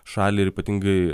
šaliai ir ypatingai